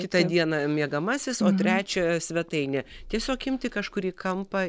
kitą dieną miegamasis o trečią svetainė tiesiog imti kažkurį kampą